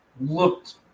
looked